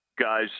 guys